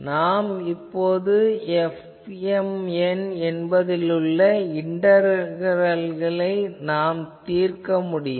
நாம் இப்போது Fmn என்பதிலுள்ள இண்டகரல்களை நாம் தீர்க்க முடியும்